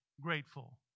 grateful